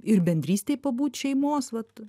ir bendrystėj pabūt šeimos vat